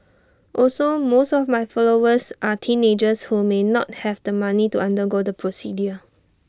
also most of my followers are teenagers who may not have the money to undergo the procedure